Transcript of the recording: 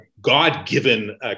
God-given